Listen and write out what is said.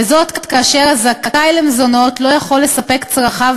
וזאת כאשר הזכאי למזונות לא יכול לספק צרכיו